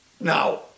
Now